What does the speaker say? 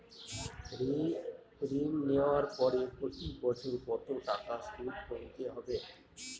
ঋণ নেওয়ার পরে প্রতি বছর কত টাকা সুদ গুনতে হবে?